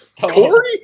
Corey